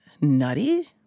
nutty